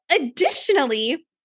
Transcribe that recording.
additionally